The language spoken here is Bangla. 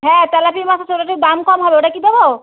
হ্যাঁ তেলাপিয়া মাছ আছে ওটা একটু দাম কম হবে ওটা কি দেবো